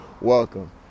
Welcome